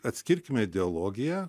atskirkime ideologiją